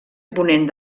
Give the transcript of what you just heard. ponent